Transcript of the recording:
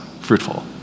fruitful